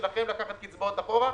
ומבחינתכם לקחת קצבאות אחורה.